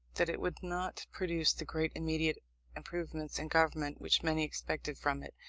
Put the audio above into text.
that it would not produce the great immediate improvements in government which many expected from it.